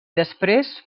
després